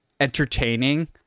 entertaining